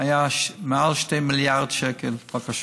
היו בסכום של מעל ל-2 מיליארד שקל, בקשות,